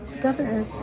Governor